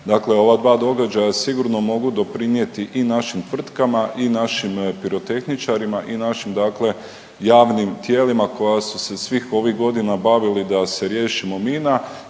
dakle ova dva događaja sigurno mogu doprinijeti i našim tvrtkama i našim pirotehničarima i našim dakle javnim tijelima koja su se svih ovih godina bavili da se riješimo mina